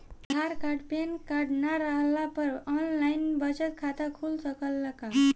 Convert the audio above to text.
आधार card PAN card न रहला पर आन लाइन बचत खाता खुल सकेला का?